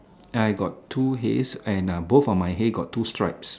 I got two hays and both of my hay got two stripes